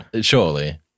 Surely